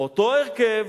אותו הרכב,